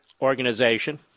organization